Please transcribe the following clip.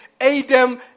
Adam